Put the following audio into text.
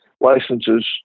licenses